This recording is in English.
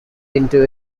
into